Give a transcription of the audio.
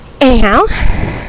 anyhow